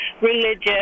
religious